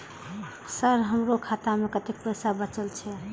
Sir हमरो खाता में कतेक पैसा बचल छे?